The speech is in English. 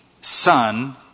son